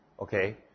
Okay